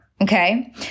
Okay